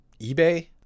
ebay